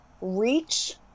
reach